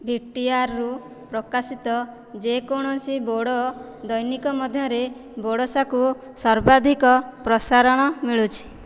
ବିଟିଆର୍ରୁ ପ୍ରକାଶିତ ଯେକୌଣସି ବୋଡ଼ୋ ଦୈନିକ ମଧ୍ୟରେ ବୋଡ଼ୋସାକୁ ସର୍ବାଧିକ ପ୍ରସାରଣ ମିଳୁଛି